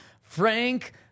Frank